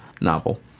novel